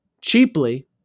cheaply